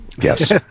Yes